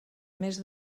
més